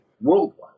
worldwide